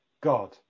God